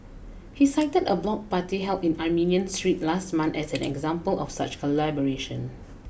he cited a block party held in Armenian Street last month as an example of such collaboration